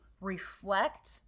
reflect